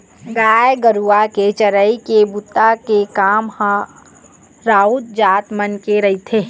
गाय गरुवा के चरई के बूता के काम ह राउत जात मन के रहिथे